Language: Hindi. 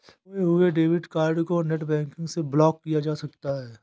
खोये हुए डेबिट कार्ड को नेटबैंकिंग से ब्लॉक किया जा सकता है